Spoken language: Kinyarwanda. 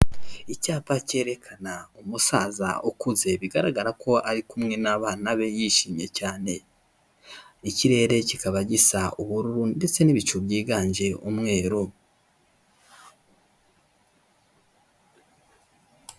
Icyapa cyerekana umusaza ukuze bigaragara ko ari kumwe n'abana be yishimye cyane, ikirere kikaba gisa ubururu ndetse n'ibicu byiganje umweru.